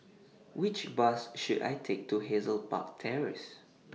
Which Bus should I Take to Hazel Park Terrace